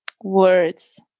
words